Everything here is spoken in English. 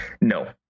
No